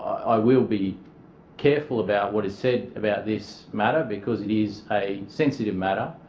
i will be careful about what is said about this matter because it is a sensitive matter.